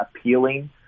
appealing